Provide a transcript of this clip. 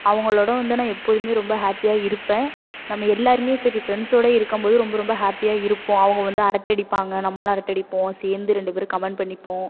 அவங்களோட வந்து நான் எப்போதுமே ரொம்ப ஹாப்பியாக இருப்பேன் நம்ம எல்லாருமே சரி ஃப்ரெண்ட்ஸோட இருக்கும்போது ரொம்ப ரொம்ப ஹாப்பியாக இருப்போம் அவங்க வந்து அரட்டை அடிப்பாங்க நம்மளும் அரட்டை அடிப்போம் சேர்ந்து ரெண்டு பேரும் கமெண்ட் பண்ணிப்போம்